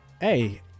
hey